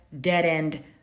dead-end